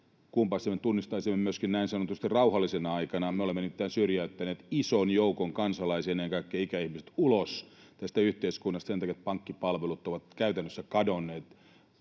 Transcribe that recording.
Kunpa sen tunnistaisimme myöskin niin sanotusti rauhallisena aikana. Me olemme nimittäin syrjäyttäneet ison joukon kansalaisia, ennen kaikkea ikäihmiset, ulos tästä yhteiskunnasta sen takia, että pankkipalvelut ovat käytännössä kadonneet.